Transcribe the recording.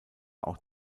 auch